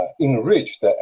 Enriched